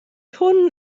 hwn